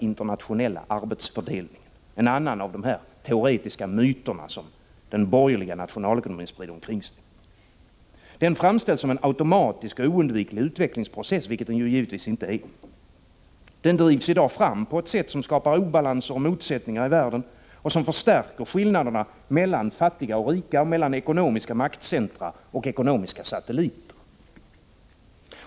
internationella arbetsfördelningen, en annan av de teoretiska myter som den borgerliga nationalekonomin sprider omkring sig. Den internationella arbetsfördelningen framställs som en automatisk och oundviklig utvecklingsprocess, vilket den givetvis inte är. Den drivs i dag fram på ett sätt som skapar obalanser och motsättningar i världen och som förstärker skillnaderna mellan fattiga och rika och mellan ekonomiska maktcentra och ekonomiska satelliter.